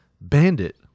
Bandit